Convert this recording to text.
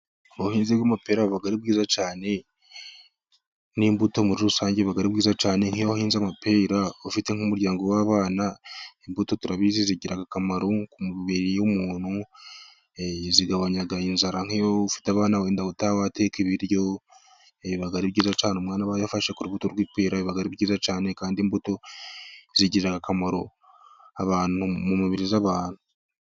Ubuhinzi bw'amapera buba ari bwiza cyane, n'imbuto muri rusange buba ari bwiza cyane. nk'iyo wahinze amapera ufite nk'umuryango w'abana, imbuto turabizi zigira akamaro ku mubiri w'umuntu, zigabanya inzara nk' abana wenda utabatekeye ibiryo, biba ari byiza cyane. Umwana abaye afashe ku rubuto rw'ipera biba ari byiza cyane kandi imbuto zigirira akamaro abantu mu mibiri y'abantu.